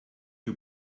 you